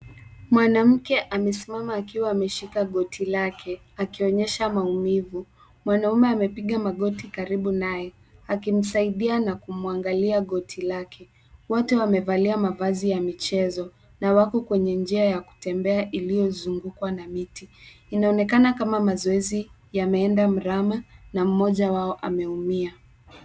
Mwanamke amesimama akiwa ameshika goti lake, akionyesha maumivu. Mwanaume amepiga magoti karibu naye akimsaidia na kumwangalia goti lake. Wote wamevalia mavazi ya michezo, na wako kwenye njia ya kutembea iliyozungukwa na miti, inaonekana kama mazoezi yameenda mrama, na mmoja wao ameumia.